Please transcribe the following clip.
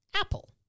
apple